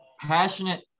passionate